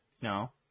no